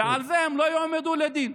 ועל זה הם לא יועמדו לדין.